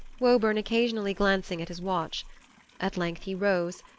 woburn occasionally glancing at his watch at length he rose,